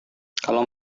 kalau